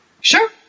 Sure